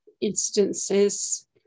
instances